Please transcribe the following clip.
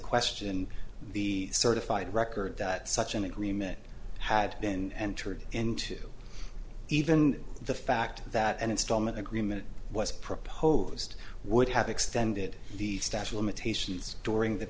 question the certified record that such an agreement had been entered into even the fact that an installment agreement was proposed would have extended the statue limitations during th